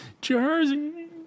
Jersey